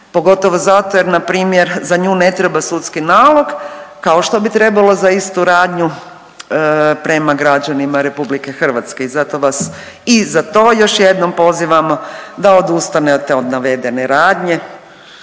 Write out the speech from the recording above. pogotovo zato jer na primjer za nju ne treba sudski nalog kao što bi trebalo za istu radnju prema građanima Republike Hrvatske i zato vas i za to još jednom pozivam da odustanete od navedene radnje